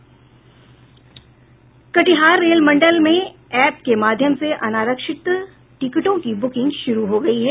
Katihar rail मंडल में app के माध्यम से अनारक्षित टिकटों की ब्रकिंग शुरू हो गयी है